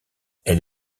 elle